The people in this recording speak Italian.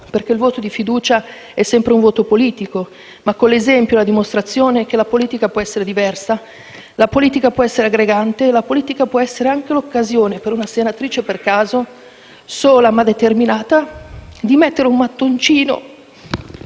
perché il voto di fiducia è sempre un voto politico, ma con l'esempio e la dimostrazione che la politica può essere diversa: la politica può essere aggregante e può essere anche l'occasione per una senatrice per caso, sola, ma determinata, di mettere un mattoncino